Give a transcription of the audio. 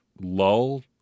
lull